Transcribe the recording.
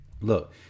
look